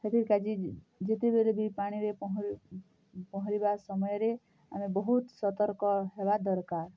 ସେଥିର୍କା'ଯେ ଯେତେବେଲେ ବି ପାଣିରେ ପହଁରି ପହଁରିବା ସମୟରେ ଆମେ ବହୁତ୍ ସତର୍କ ହେବା ଦରକାର୍